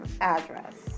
address